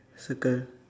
circle